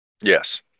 Yes